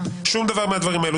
שום דבר מהדברים האלה.